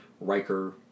Riker